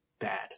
bad